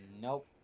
Nope